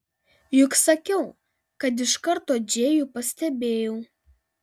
juk sakiau kad iš karto džėjų pastebėjau